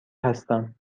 هستم